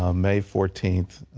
um may fourteenth,